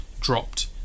dropped